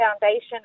foundation